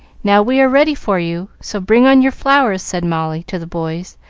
now we are ready for you, so bring on your flowers, said molly to the boys,